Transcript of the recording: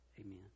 Amen